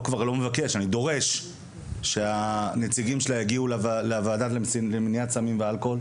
שאני דורש שהנציגים שלה יגיעו לוועדה למניעת סמים ואלכוהול.